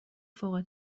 فوق